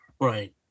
Right